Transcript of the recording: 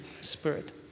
Spirit